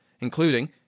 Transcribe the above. including